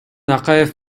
акаев